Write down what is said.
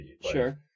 Sure